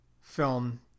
film